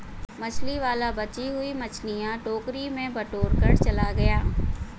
मछली वाला बची हुई मछलियां टोकरी में बटोरकर चला गया